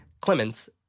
Clemens